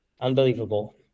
Unbelievable